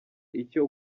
icyo